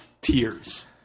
tears